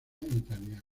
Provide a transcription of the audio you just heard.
italiana